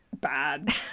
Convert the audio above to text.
bad